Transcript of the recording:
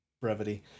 brevity